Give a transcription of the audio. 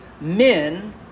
men